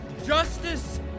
Justice